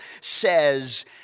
says